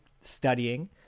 studying